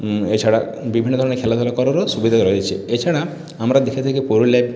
এছাড়া বিভিন্ন ধরনের খেলাধুলা করারও সুবিধা রয়েছে এছাড়া আমরা দেখে থাকি পুরুলিয়ায়